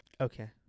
Okay